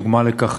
דוגמה לכך